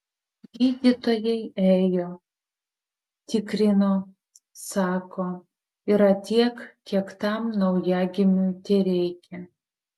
gydytojai ėjo tikrino sako yra tiek kiek tam naujagimiui tereikia